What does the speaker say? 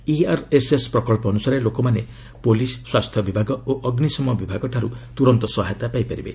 ERSS ପ୍ରକଳ୍ପ ଅନୁସାରେ ଲୋକମାନେ ପୁଲିସ୍ ସ୍ୱାସ୍ଥ୍ୟ ବିଭାଗ ଓ ଅଗ୍ନିସମ ବିଭାଗଠାରୁ ତୁରନ୍ତ ସହାୟତା ପାଇପାରିବେ